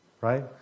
Right